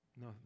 No